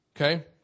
Okay